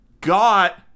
Got